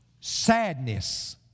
Sadness